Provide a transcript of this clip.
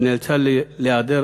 ונאלצה להיעדר